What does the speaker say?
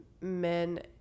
men